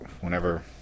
whenever